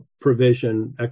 Provision